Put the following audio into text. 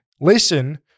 Listen